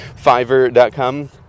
Fiverr.com